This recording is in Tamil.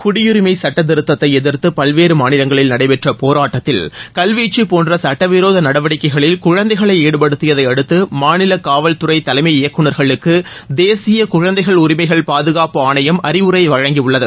குடியுரிமை சட்டத்திருத்ததை எதிர்த்து பல்வேறு மாநிலங்களில் நடைபெற்ற போராட்டத்தில் கல்வீச்சு போன்ற சட்ட விரோத நடவடிக்கைகளில் குழந்தைகளை ஈடுபடுத்தியதை அடுத்து மாநில காவல்துறை தலைமை இயக்குனர்களுக்கு தேசிய குழந்தைகள் உரிமைகள் பாதுகாப்பு ஆணையம் அறிவுரை வழங்கியுள்ளது